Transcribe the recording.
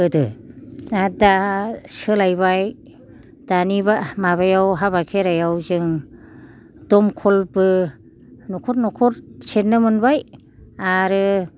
गोदो आरो दा सोलायबाय दानिबा माबायाव हाबा खेराइआव जों दंखलबो न'खर न'खर सेरनो मोनबाय आरो